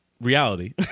reality